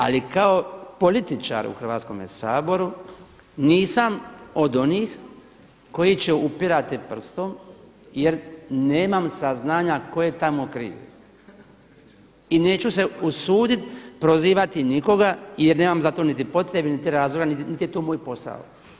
Ali kao političar u Hrvatskome saboru, nisam od onih koji će upirati prstom jer nemam saznanja tko je tamo kriv i neću se usuditi prozivati nikoga jer nemam zato niti potrebe niti razloga niti je to moj posao.